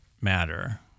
Matter